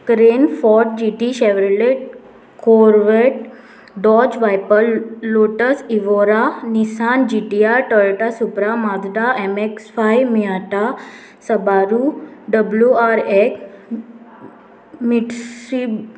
crane Ford G T Chevrolet Corvette Dodge Viper Lotus Evora Nissan G T R Toyota Supra Mazda M X five Miata Subaru W R X Mitsubishi